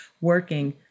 working